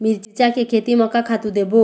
मिरचा के खेती म का खातू देबो?